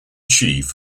chief